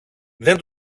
δεν